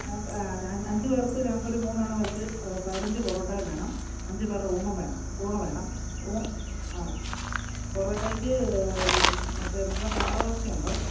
ഞാൻ അഞ്ച് പേർക്ക് ഞങ്ങൾക്കൊരു മൂന്നെണ്ണം വെച്ച് പതിനഞ്ച് പൊറോട്ടയും വേണം അഞ്ച് പേരുടെ ഊണും വേണം ഊ ആ പൊറോട്ടയ്ക്ക് മറ്റേ നമ്മുടെ താറാവിറച്ചി ഉണ്ടോ